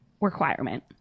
requirement